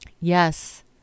Yes